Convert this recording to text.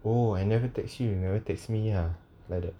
oh I never text you you never text me ah like that